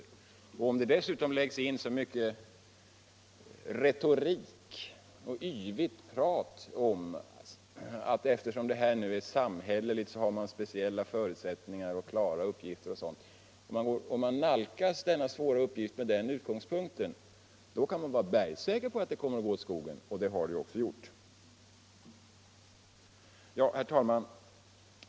Om man dessutom nalkas den svåra uppgiften från en utgångspunkt som innebär så mycken retorik och så mycket yvigt prat om att eftersom det här är samhälleligt har man speciella förutsättningar att klara uppgiften. så kommer det bergsäkert att gå åt skogen — och det har det ju också gjort. Herr talman!